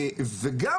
וגם,